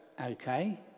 okay